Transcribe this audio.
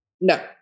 No